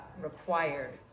required